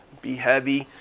be heavy.